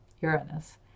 Uranus